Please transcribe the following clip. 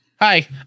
Hi